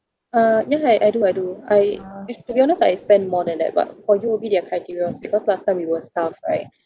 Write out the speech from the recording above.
uh yeah I do I do I if to be honest I spend more than that but for U_O_B their criteria because last time we were staff right